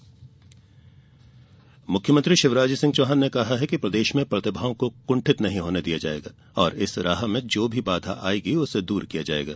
मुख्यमंत्री मुख्यमंत्री शिवराज सिंह चौहान ने कहा है कि प्रदेश में प्रतिभाओं को कुंठित नहीं होने दिया जायेगा और राह में जो भी बाधा आयेगी उसे दूर किया जायेगा